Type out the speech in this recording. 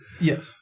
Yes